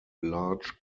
large